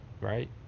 right